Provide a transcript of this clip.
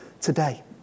today